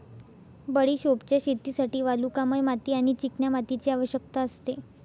बडिशोपच्या शेतीसाठी वालुकामय माती आणि चिकन्या मातीची आवश्यकता असते